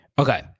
Okay